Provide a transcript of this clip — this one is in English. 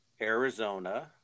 Arizona